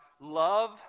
love